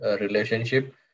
relationship